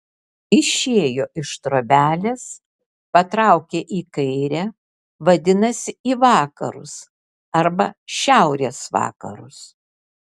išėjo iš trobelės patraukė į kairę vadinasi į vakarus arba šiaurės vakarus